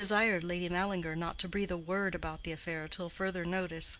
he desired lady mallinger not to breathe a word about the affair till further notice,